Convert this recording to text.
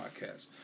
podcast